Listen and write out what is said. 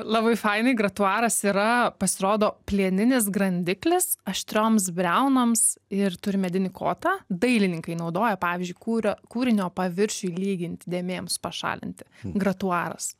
labai fainai gratuaras yra pasirodo plieninis grandiklis aštrioms briaunoms ir turi medinį kotą dailininkai naudoja pavyzdžiui kūrio kūrinio paviršiui lyginti dėmėms pašalinti gratuaras